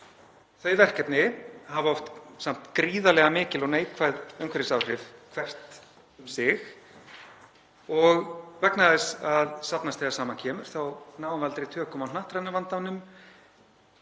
Þau verkefni hafa oft samt gríðarlega mikil og neikvæð umhverfisáhrif hvert um sig og vegna þess að safnast þegar saman kemur þá náum við aldrei tökum á hnattræna vandanum